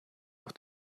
auch